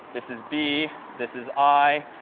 this is b. this is i.